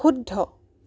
শুদ্ধ